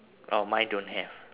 oh mine don't have